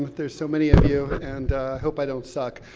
there's so many of you, and hope i don't suck